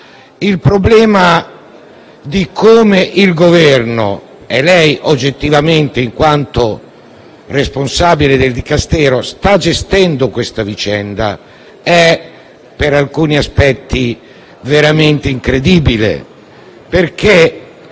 Il problema di come il Governo - e lei, oggettivamente, in quanto responsabile del Dicastero - sta gestendo questa vicenda è, per alcuni aspetti, veramente incredibile.